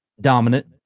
dominant